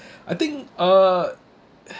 I think uh